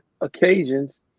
occasions